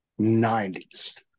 90s